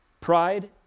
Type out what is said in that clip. pride